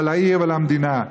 על העיר ועל המדינה.